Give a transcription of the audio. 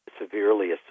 severely